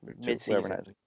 midseason